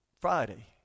Friday